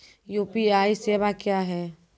UPI सेवा क्या हैं?